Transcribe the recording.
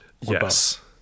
yes